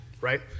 right